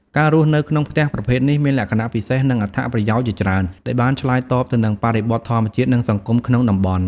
ការរស់នៅក្នុងផ្ទះប្រភេទនេះមានលក្ខណៈពិសេស និងអត្ថប្រយោជន៍ជាច្រើនដែលបានឆ្លើយតបទៅនឹងបរិបទធម្មជាតិ និងសង្គមក្នុងតំបន់ ។